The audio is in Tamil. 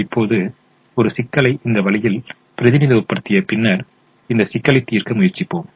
இப்போது ஒரு சிக்கலை இந்த வழியில் பிரதிநிதித்துவப்படுத்திய பின்னர் இந்த சிக்கலை தீர்க்க முயற்சிப்போம்